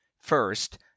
First